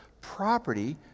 property